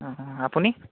অঁ আপুনি